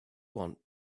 want